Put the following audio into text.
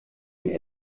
ihnen